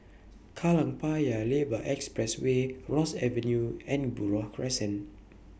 Kallang Paya Lebar Expressway Ross Avenue and Buroh Crescent